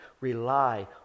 rely